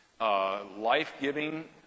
life-giving